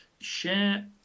share